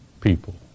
people